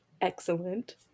excellent